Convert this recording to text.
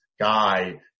guy